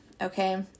okay